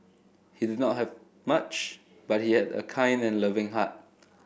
he did not have much but he had a kind and loving heart